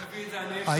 מי יביא את זה,